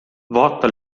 vaata